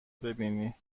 ببینی